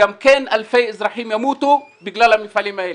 אלפי אזרחים ימותו בגלל המפעלים האלה,